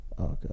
Okay